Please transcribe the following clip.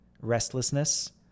restlessness